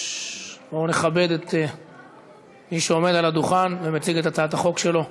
בואו נכבד את מי שעומד על הדוכן ומציג את הצעת החוק שלו.